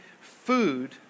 food